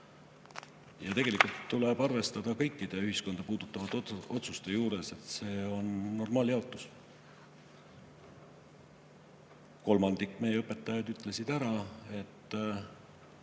Tegelikult tuleb arvestada kõikide ühiskonda puudutavate otsuste juures, et tegu on normaaljaotusega. Kolmandik meie õpetajaid ütles ära, et